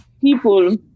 people